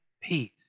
peace